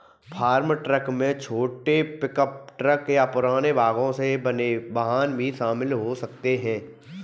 farm truck में छोटे pickup truck या पुराने भागों से बने वाहन भी शामिल हो सकते हैं